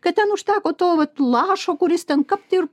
kad ten užteko to vat lašo kuris ten kapt ir